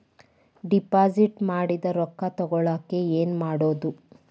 Deposit ಮಾಡಿದ ರೊಕ್ಕ ತಗೋಳಕ್ಕೆ ಏನು ಮಾಡೋದು?